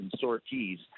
sorties